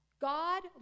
God